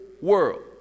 world